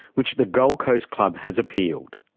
which the gold coast club has appealed.